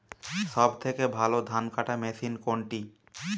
সবথেকে ভালো ধানকাটা মেশিন কোনটি?